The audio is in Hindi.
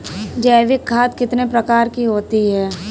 जैविक खाद कितने प्रकार की होती हैं?